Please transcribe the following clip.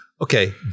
Okay